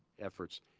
efforts